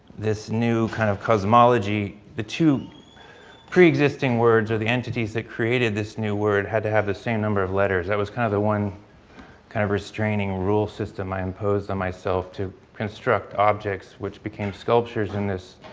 this new kind of cosmology, the two preexisting words or the entities that created this new word had to have the same number of letters. that was kind of the one kind of restraining rule system i imposed on myself to construct objects which became sculptures in this,